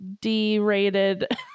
D-rated